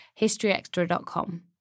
historyextra.com